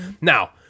Now